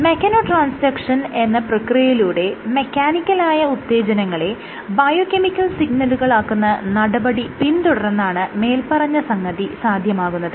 mechano transduction എന്ന പ്രക്രിയയിലൂടെ മെക്കാനിക്കലായ ഉത്തേജനങ്ങളെ ബയോകെമിക്കൽ സിഗ്നലുകളാക്കുന്ന നടപടി പിന്തുടർന്നാണ് മേല്പറഞ്ഞ സംഗതി സാധ്യമാകുന്നത്